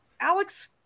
Alex